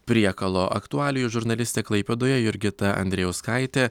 priekalo aktualijų žurnalistė klaipėdoje jurgita andrijauskaitė